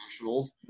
Nationals